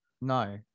no